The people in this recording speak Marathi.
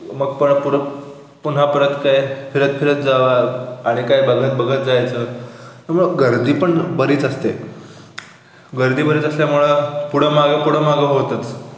मग पण पुर पुन्हा परत काय फिरत फिरत जावा आणि काय बघत बघत जायचं गर्दी पण बरीच असते गर्दी बरीच असल्यामुळं पुढं मागं पुढं मागं होतंच